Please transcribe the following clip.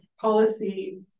policy